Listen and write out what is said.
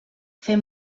fer